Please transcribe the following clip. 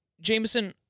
Jameson